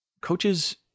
Coaches